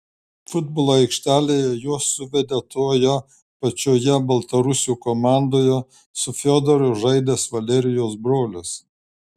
futbolo aikštelėje juos suvedė toje pačioje baltarusių komandoje su fiodoru žaidęs valerijos brolis